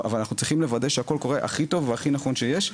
אבל אנחנו צריכים לוודא שהכול קורה הכי טוב והכי נכון שיש.